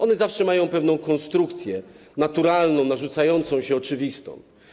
One zawsze mają pewną konstrukcję, naturalną, narzucającą się, oczywistą.